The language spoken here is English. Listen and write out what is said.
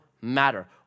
matter